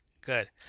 Good